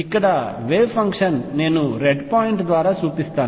ఇక్కడ wave function నేను red point ద్వారా చూపిస్తాను